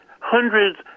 hundreds